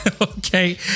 Okay